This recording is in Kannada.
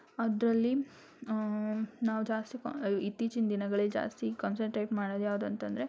ಅದರಲ್ಲಿ ನಾವು ಜಾಸ್ತಿ ಇತ್ತೀಚಿನ ದಿನಗಳಲ್ಲಿ ಜಾಸ್ತಿ ಕಾನ್ಸನ್ಟ್ರೇಟ್ ಮಾಡೋದು ಯಾವುದು ಅಂತಂದರೆ